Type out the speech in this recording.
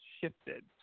shifted